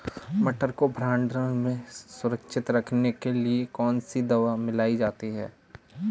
मटर को भंडारण में सुरक्षित रखने के लिए कौन सी दवा मिलाई जाती है?